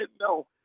no